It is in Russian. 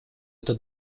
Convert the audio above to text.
эту